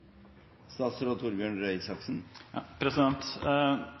statsråd Torbjørn Røe Isaksen